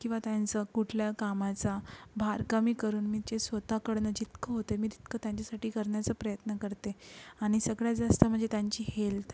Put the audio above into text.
किंवा त्यांचं कुठल्या कामाचा भार कमी करून मी जे स्वतःकडून जितकं होत आहे मी तितकं त्यांच्यासाठी करण्याचा प्रयत्न करते आणि सगळ्यात जास्त म्हणजे त्यांची हेल्त